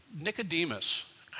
Nicodemus